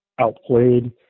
outplayed